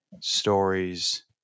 stories